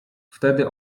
wtedy